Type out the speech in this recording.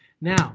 Now